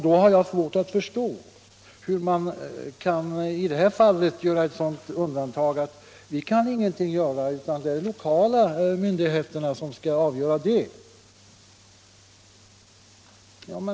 Då har jag svårt att förstå hur man i detta fall har kunnat säga att vi inte kan göra någonting, utan att det är de lokala myndigheterna som skall avgöra detta.